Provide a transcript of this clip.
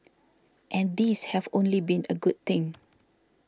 and these have only been a good thing